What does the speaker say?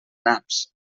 naps